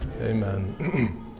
amen